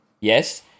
Yes